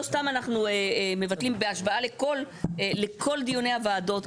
לא סתם אנחנו מבטלים בהשוואה לכל דיוני הוועדות,